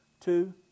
two